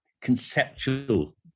conceptual